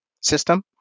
system